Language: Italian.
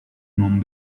non